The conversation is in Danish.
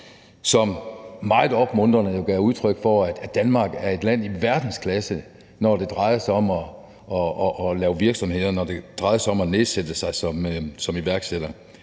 som meget opmuntrende gav udtryk for, at Danmark er et land i verdensklasse, når det drejer sig om at lave virksomheder; når det drejer sig om at nedsætte sig som iværksætter.